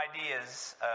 ideas